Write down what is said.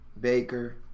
Baker